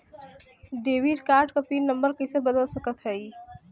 Debit card क pin number कइसे बदल सकत हई?